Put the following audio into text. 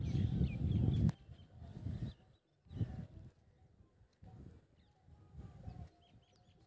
अजवाइन के मसाला, चूर्ण, काढ़ा, क्वाथ आ अर्क के रूप मे उपयोग कैल जाइ छै